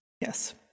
Yes